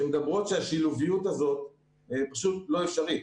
שמדברות שהשילוביות הזאת פשוט לא אפשרית,